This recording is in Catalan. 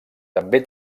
també